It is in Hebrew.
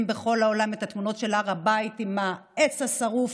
בכל העולם את התמונות של הר הבית עם העץ השרוף,